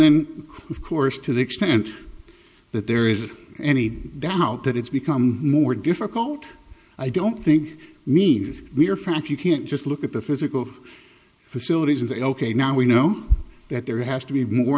then of course to the extent that there is any doubt that it's become more difficult i don't think means we're fact you can't just look at the physical facilities and say ok now we know that there has to be more